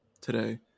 today